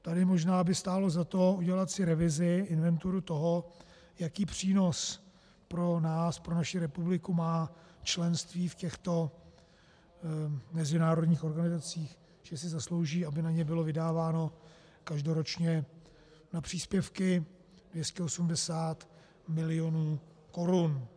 Tady možná by stálo za to si udělat revizi, inventuru toho, jaký přínos pro nás, pro naši republiku, má členství v těchto mezinárodních organizacích, že si zaslouží, aby na ně bylo vydáváno každoročně na příspěvky 280 mil. korun.